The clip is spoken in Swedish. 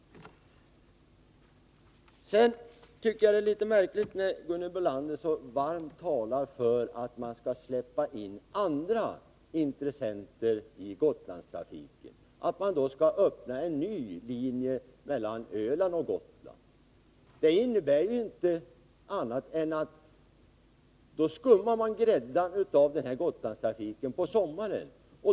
Jag tycker att det är litet märkligt när Gunhild Bolander så varmt talar för att släppa in andra intressenter på Gotlandstrafiken att man skall öppna en ny linje mellan Öland och Gotland. Det innebär ju att man skummar grädden av Gotlandstrafiken på sommaren.